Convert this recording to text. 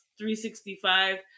365